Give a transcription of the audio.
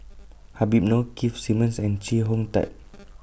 Habib Noh Keith Simmons and Chee Hong Tat